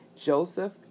Joseph